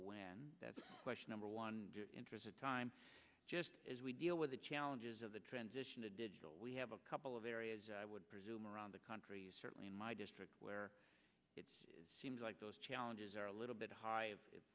when that's question number one interest time just as we deal with the challenges of the transition to digital we have a couple of areas i would presume around the country certainly in my district where it's seems like those challenges are a little bit high if